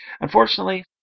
Unfortunately